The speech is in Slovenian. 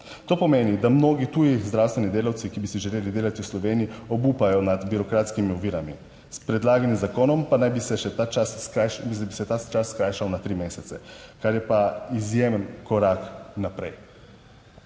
to pomeni, da mnogi tuji zdravstveni delavci, ki bi si želeli delati v Sloveniji, obupajo nad birokratskimi ovirami. s predlaganim zakonom pa naj bi še ta čas skrajšal na tri mesece, kar je pa izjemen korak naprej.